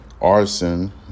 arson